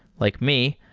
like me,